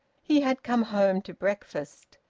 he had come home to breakfast.